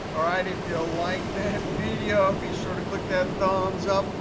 right, if you like that video, be sure to click that thumbs up,